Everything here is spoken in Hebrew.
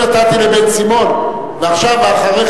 אמרתי